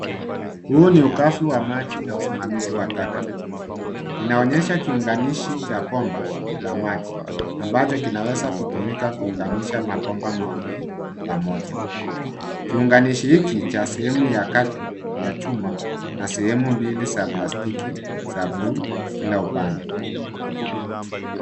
Huo ni ugavi wa maji na usimamizi wa taka. Inaonyesha kiunganishi cha bomba la maji ambacho kinaweza kutumika kuunganisha mabomba mawili pamoja. Kiunganishi hiki cha sehemu ya kati ya chuma na sehemu mbili za plastiki za blue kila upande.